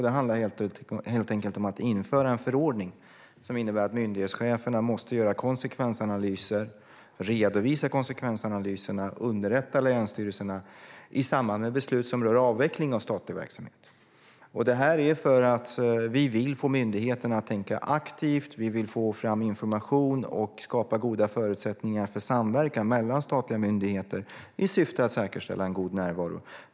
Det handlar helt enkelt om att införa en förordning som innebär att myndighetscheferna måste göra konsekvensanalyser, redovisa konsekvensanalyserna och underrätta länsstyrelserna i samband med beslut som rör avveckling av statlig verksamhet. Det här gör vi för att vi vill få myndigheterna att tänka aktivt. Vi vill få fram information och skapa goda förutsättningar för samverkan mellan statliga myndigheter i syfte att säkerställa en god närvaro.